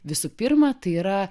visų pirma tai yra